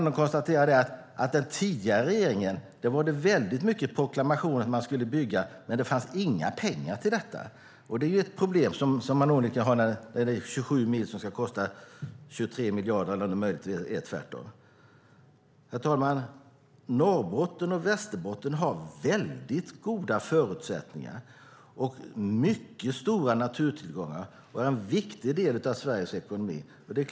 Den tidigare regeringen proklamerade många gånger att en järnväg skulle byggas, men det fanns inga pengar. Det är onekligen ett problem när 27 mil ska kosta 23 miljarder - eller om det möjligen är tvärtom. Herr talman! Norrbotten och Västerbotten har goda förutsättningar och mycket stora naturtillgångar. De utgör en viktig del av Sveriges ekonomi.